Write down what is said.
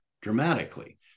dramatically